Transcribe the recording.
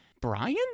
Brian